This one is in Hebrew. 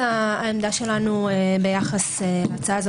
העמדה שלנו ביחס להצעה הזו,